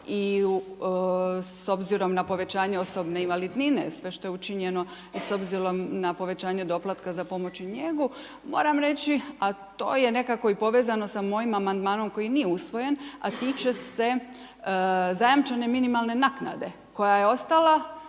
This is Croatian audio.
u s obzirom na povećanje osobne invalidnine, sve što je učinjeno s obzirom na povećanje doplatka na pomoć i njegu, moram reći, a to je nekako i povezano sa mojim amandmanom, koji nije usvojen, a tiče se zajamčene minimalne naknade, koja je ostala